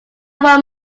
want